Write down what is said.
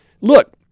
Look